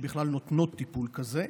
שבכלל נותנות טיפול כזה,